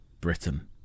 Britain